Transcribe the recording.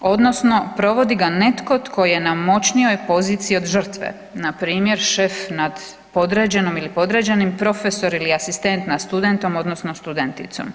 odnosno provodi ga netko tko je na moćnijoj poziciji od žrtve, npr. šef nad podređenom ili podređenim, profesor ili asistent nad studentom odnosno studenticom.